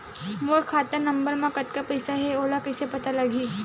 मोर खाता नंबर मा कतका पईसा हे ओला कइसे पता लगी?